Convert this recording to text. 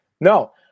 No